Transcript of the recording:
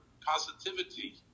positivity